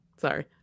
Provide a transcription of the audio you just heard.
sorry